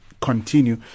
continue